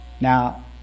Now